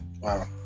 Wow